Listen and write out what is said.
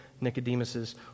Nicodemus's